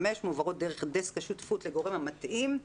מועברות דרך דסק השותפות לגורם המתאים.